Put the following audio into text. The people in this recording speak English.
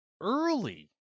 early